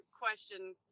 question